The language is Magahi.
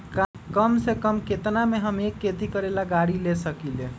कम से कम केतना में हम एक खेती करेला गाड़ी ले सकींले?